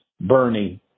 bernie